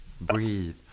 breathe